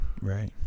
right